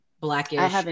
blackish